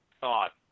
thought